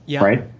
right